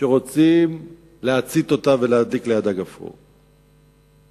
שרוצים להדליק לידה גפרור ולהצית אותה.